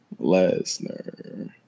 Lesnar